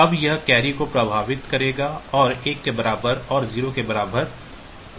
अब यह कैरी को प्रभावित करेगा और 1 के बराबर और 0 के बराबर OV करेगा